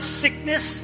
sickness